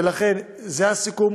ולכן, זה הסיכום.